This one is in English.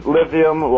Lithium